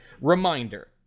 Reminder